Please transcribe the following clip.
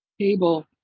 Table